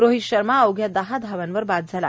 रोहित शर्मा अवघ्या दहा धावावर बाद झाला